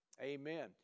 Amen